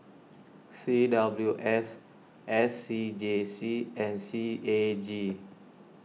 C W S S C G C and C A G